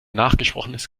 nachgesprochenes